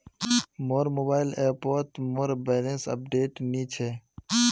मोर मोबाइल ऐपोत मोर बैलेंस अपडेट नि छे